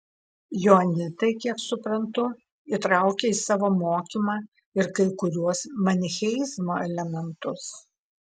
joanitai kiek suprantu įtraukia į savo mokymą ir kai kuriuos manicheizmo elementus